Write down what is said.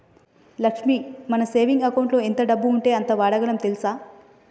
లక్ష్మి మన సేవింగ్ అకౌంటులో ఎంత డబ్బు ఉంటే అంత వాడగలం తెల్సా